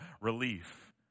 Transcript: relief